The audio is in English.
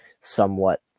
somewhat